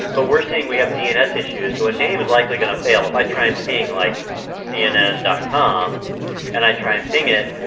but we're seeing we have dns issues. so a name is likely gonna fail. if i try and ping like cnn dot com and i try and ping it,